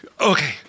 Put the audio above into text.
Okay